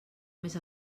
més